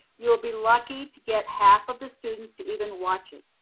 you will be lucky to get half of the students to even watch it.